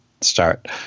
start